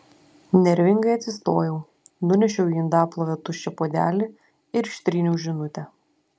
nervingai atsistojau nunešiau į indaplovę tuščią puodelį ir ištryniau žinutę